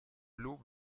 blu